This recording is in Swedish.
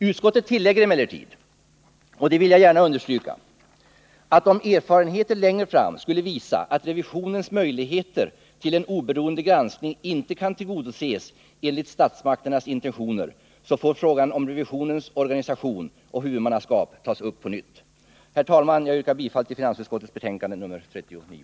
Utskottet tillägger emellertid — och det vill jag gärna understryka — att om erfarenheter längre fram skulle visa att revisionens möjligheter till en oberoende granskning inte kan tillgodoses enligt statsmakternas intentioner, så får frågan om revisionens organisation och huvudmannaskap tas upp på nytt. Herr talman! Jag yrkar bifall till hemställan i finansutskottets betänkande 39.